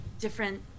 different